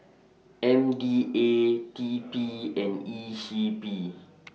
M D A T P and E C P